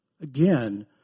Again